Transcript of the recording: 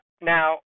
Now